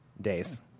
days